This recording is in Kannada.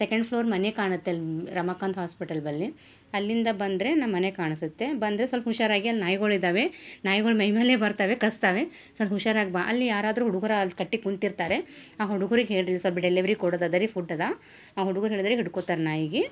ಸೆಕೆಂಡ್ ಫ್ಲೋರ್ ಮನೆ ಕಾಣುತ್ತಲ್ಲ ರಮಾಕಾಂತ್ ಹಾಸ್ಪೆಟಲ್ ಬಲ್ಲಿ ಅಲ್ಲಿಂದ ಬಂದರೆ ನಮ್ಮ ಮನೆ ಕಾಣಿಸುತ್ತೆ ಬಂದರೆ ಸಲ್ಪ ಹುಷಾರಾಗಿ ಅಲ್ಲಿ ನಾಯಿಗಳು ಇದಾವೆ ನಾಯಿಗಳು ಮೈಮೇಲೆ ಬರ್ತವೆ ಕಚ್ತವೆ ಸ್ವಲ್ಪ ಹುಷಾರಾಗಿ ಬಾ ಅಲ್ಲಿ ಯಾರಾದರೂ ಹುಡ್ಗುರು ಅಲ್ಲಿ ಕಟ್ಟೆ ಕುಂತಿರ್ತಾರೆ ಆ ಹುಡ್ಗುರಿಗೆ ಹೇಳಿರಿ ಸ್ವಲ್ಪ ಡೆಲಿವರಿ ಕೊಡೋದು ಅದ ರೀ ಫುಡ್ ಅದ ಆ ಹುಡ್ಗುರ ಹೇಳಿದ್ರೆ ಹಿಡ್ಕೊತಾರೆ ನಾಯಿಗೆ